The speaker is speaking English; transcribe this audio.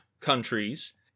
countries